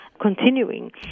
continuing